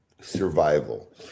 Survival